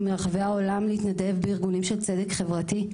מרחבי העולם להתנדב בארגונים של צדק חברתי,